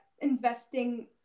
investing